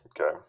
Okay